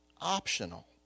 optional